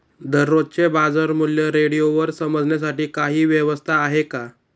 दररोजचे बाजारमूल्य रेडिओवर समजण्यासाठी काही व्यवस्था आहे का?